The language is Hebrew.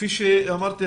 כפי שאמרתי,